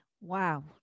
wow